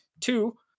two